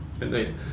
Indeed